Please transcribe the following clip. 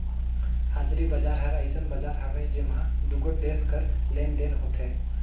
हाजरी बजार हर अइसन बजार हवे जेम्हां दुगोट देस कर लेन देन होथे